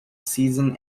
season